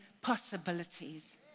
possibilities